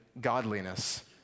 godliness